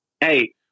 Hey